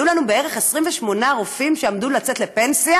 היו לנו בערך 28 רופאים ניאונטולוגים שעמדו לצאת לפנסיה,